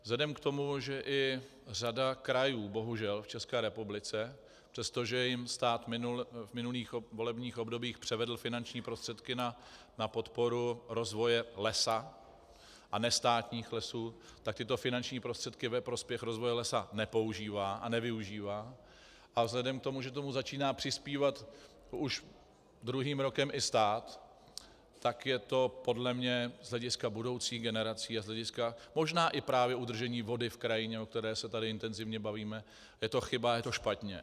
Vzhledem k tomu, že i řada krajů bohužel v České republice, přestože jim stát v minulých volebních obdobích převedl finanční prostředky na podporu rozvoje lesa a nestátních lesů, tak tyto finanční prostředky ve prospěch rozvoje lesa nepoužívá a nevyužívá a vzhledem k tomu, že k tomu začíná přispívat už druhým rokem i stát, tak je to podle mě z hlediska budoucích generací a z hlediska možná právě i udržení vody v krajině, o které se tady intenzivně bavíme, je to chyba a je to špatně.